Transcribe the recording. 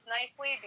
nicely